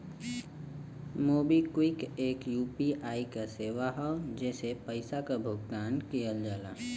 MobiKwik एक UPI क सेवा हौ जेसे पइसा क भुगतान किहल जाला